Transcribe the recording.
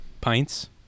pints